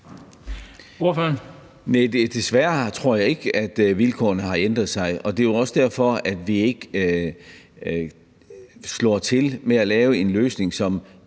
desværre tror jeg ikke, at vilkårene har ændret sig. Det er jo også derfor, at vi ikke slår til med at lave en løsning,